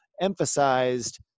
emphasized